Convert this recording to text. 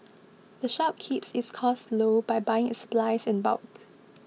the shop keeps its costs low by buying its supplies in bulk